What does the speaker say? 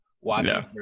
watching